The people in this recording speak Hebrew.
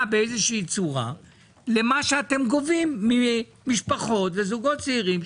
באיזושהי צורה למה שאתם גובים ממשפחות ומזוגות צעירים,